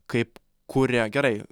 kaip kuria gerai